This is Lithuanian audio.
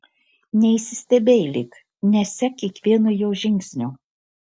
neįsistebeilyk nesek kiekvieno jo žingsnio